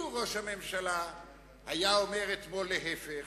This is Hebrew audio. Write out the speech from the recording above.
לו אמר ראש הממשלה אתמול להיפך,